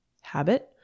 habit